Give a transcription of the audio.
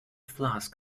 flask